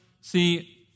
See